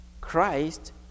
Christ